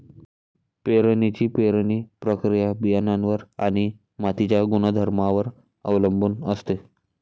पेरणीची पेरणी प्रक्रिया बियाणांवर आणि मातीच्या गुणधर्मांवर अवलंबून असते